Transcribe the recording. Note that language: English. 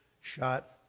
shot